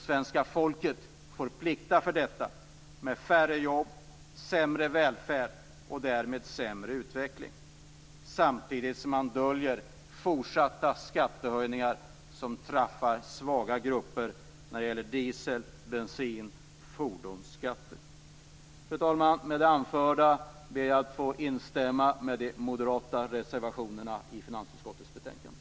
Svenska folket får plikta för detta med färre jobb, sämre välfärd och därmed sämre utveckling, samtidigt som man döljer fortsatta skattehöjningar som träffar svaga grupper när det gäller diesel, bensin och fordon. Fru talman! Med det anförda ber jag att få instämma med de moderata reservationerna i finansutskottets betänkande.